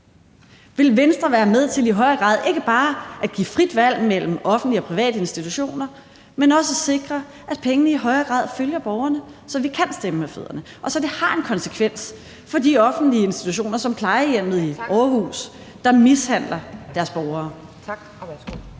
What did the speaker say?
Vil Venstre være med til i højere grad ikke bare at give frit valg mellem offentlige og private institutioner, men også sikre, at pengene i højere grad følger borgerne, så de kan stemme med fødderne, og så det har en konsekvens for de offentlige institutioner som plejehjemmet i Aarhus, der mishandler sine beboere.